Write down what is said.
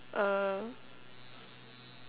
uh